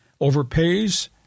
overpays